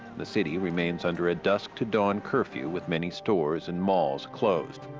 the city remains under a dusk to dawn curfew with many stores and malls closed.